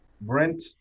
brent